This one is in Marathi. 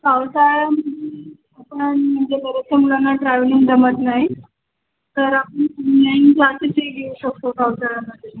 पावसाळ्यामध्ये आपण म्हणजे बऱ्याचश्या मुलांना ट्रॅव्हलिंग जमत नाही तर आपण शकतो पावसाळ्यामध्ये